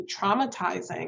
traumatizing